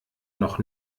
noch